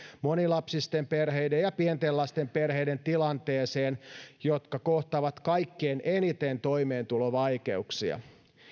monilapsisten perheiden ja pienten lasten perheiden tilanteeseen koska ne kohtaavat kaikkein eniten toimeentulovaikeuksia